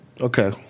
Okay